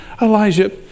Elijah